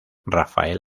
rafael